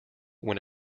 when